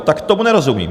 Tak tomu nerozumím!